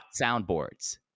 Soundboards